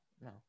No